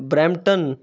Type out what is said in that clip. Brampton